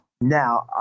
Now